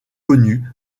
connus